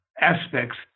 aspects